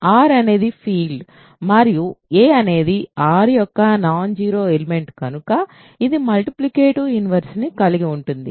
R అనేది field మరియు a అనేది R యొక్క నాన్ జీరో ఎలిమెంట్ కనుక ఇది మల్టిప్లికేటివ్ ఇన్వర్స్ ని కలిగి ఉంటుంది